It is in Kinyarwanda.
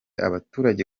abaturage